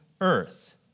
earth